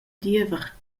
diever